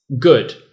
good